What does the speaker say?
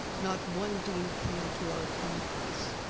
not one dean came to our conference.